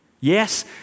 Yes